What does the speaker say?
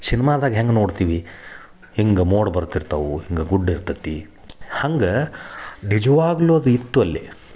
ಸಿನಿಮಾದಂಗ ಹೆಂಗ ನೋಡ್ತೀವಿ ಹಿಂಗ ಮೋಡ ಬರ್ತಿರ್ತಾವು ಹಿಂಗ ಗುಡ್ ಇರ್ತೈತಿ ಹಂಗೆ ನಿಜ್ವಾಗಲು ಅದು ಇತ್ತು ಅಲ್ಲಿ